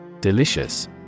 Delicious